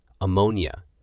ammonia